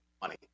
money